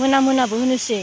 मोना मोनाबो होनोसै